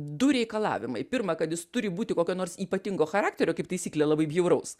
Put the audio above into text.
du reikalavimai pirma kad jis turi būti kokio nors ypatingo charakterio kaip taisyklė labai bjauraus